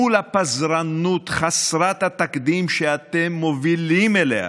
מול הפזרנות חסרת התקדים שאתם מובילים אליה